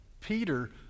Peter